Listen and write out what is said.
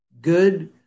Good